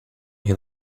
hear